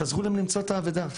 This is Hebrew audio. שיעזרו להם למצוא את האבדה.